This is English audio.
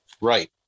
Right